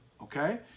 Okay